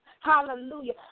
Hallelujah